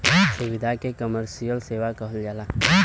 सुविधा के कमर्सिअल सेवा कहल जाला